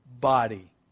body